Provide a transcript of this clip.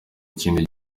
kindi